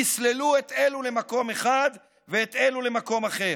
הסלילו את אלו למקום אחד ואת אלו למקום אחר.